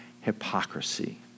Hypocrisy